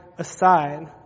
Aside